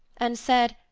and said,